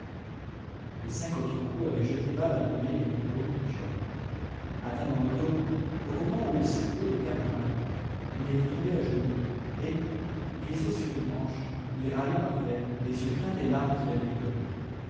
les cinq autres coups avaient jeté bas la brûlé et le porion richomme atteint dans le dos au moment où il suppliait les camarades il était tombé à genoux et glissé sur une hanche il râlait par terre les yeux pleins des larmes qu'il avait pleurées